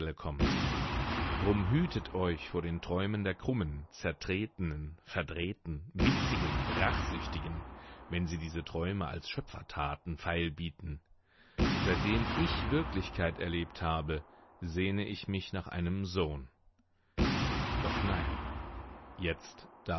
kommt drum hütet euch vor den träumen der krummen zertretenen verdrehten witzigen rachsüchtigen wenn sie diese träume als schöpfertaten feilbieten seitdem ich wirklichkeit erlebt habe sehne ich mich nach einem sohn doch nein jetzt